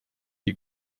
die